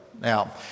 Now